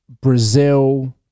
Brazil